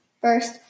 first